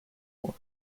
more